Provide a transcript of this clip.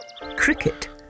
Cricket